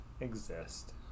exist